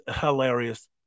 hilarious